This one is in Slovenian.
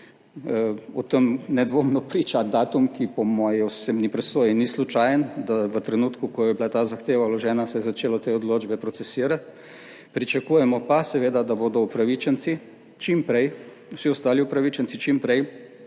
O tem nedvomno priča datum, ki po moji osebni presoji ni slučajen, da v trenutku, ko je bila ta zahteva vložena, se je začelo te odločbe procesirati, pričakujemo pa seveda, da bodo upravičenci čim prej, vsi ostali upravičenci čim prej